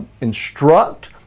instruct